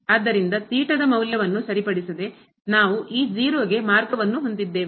ಆದ್ದರಿಂದ ಥೀಟಾದ ಮೌಲ್ಯವನ್ನು ಸರಿಪಡಿಸದೆ ನಾವು ಈ 0 ಗೆ ಮಾರ್ಗವನ್ನು ಹೊಂದಿದ್ದೇವೆ